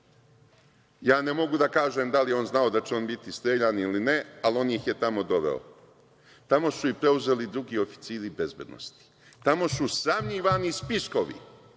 Ja ne mogu da kažem da li je on znao da će on biti streljan ili ne, ali on ih je tamo doveo. Tamo su ih preuzeli drugi oficiri iz bezbednosti. Tamo su sravnjivani spiskovi.